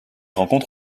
rencontre